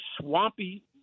swampy